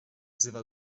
wzywa